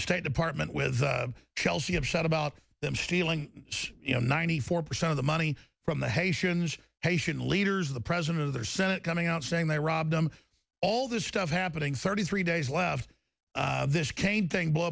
the state department with chelsea upset about them stealing you know ninety four percent of the money from the haitian haitian leaders the president of the senate coming out saying they robbed him all this stuff happening thirty three days left this cain thing blow